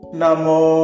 namo